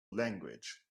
language